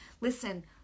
Listen